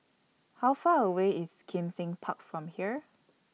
How Far away IS Kim Seng Park from here